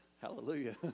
Hallelujah